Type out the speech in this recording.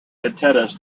antennas